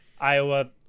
Iowa